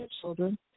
children